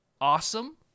awesome